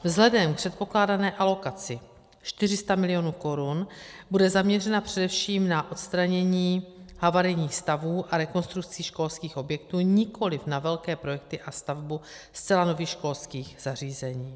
Vzhledem k předpokládané alokaci 400 mil. korun bude zaměřena především na odstranění havarijních stavů a rekonstrukci školských objektů, nikoliv na velké projekty a stavbu zcela nových školských zařízení.